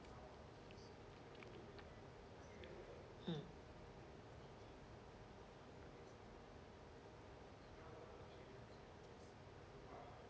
mm